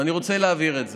ואני רוצה להבהיר את זה: